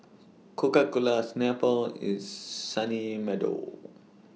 Coca Cola Snapple IS Sunny Meadow